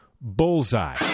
Bullseye